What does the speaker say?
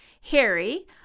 Harry